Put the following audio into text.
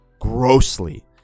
grossly